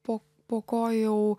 po po ko jau